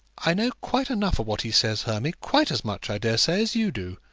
i know quite enough of what he says, hermy quite as much, i daresay, as you do.